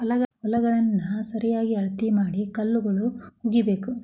ಹೊಲಗಳನ್ನಾ ಸರಿಯಾಗಿ ಅಳತಿ ಮಾಡಿ ಕಲ್ಲುಗಳು ಹುಗಿಬೇಕು